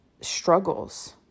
struggles